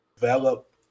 develop